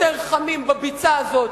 יותר חמים בביצה הזאת,